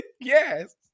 Yes